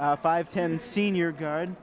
five ten senior guard